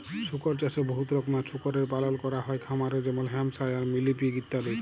শুকর চাষে বহুত রকমের শুকরের পালল ক্যরা হ্যয় খামারে যেমল হ্যাম্পশায়ার, মিলি পিগ ইত্যাদি